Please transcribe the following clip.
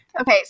Okay